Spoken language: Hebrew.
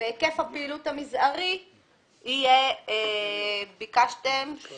הפעילות המזערי יהיה 3